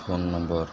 phone number